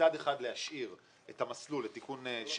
מצד אחד מטרתה להשאיר את המסלול, את הפרק השביעי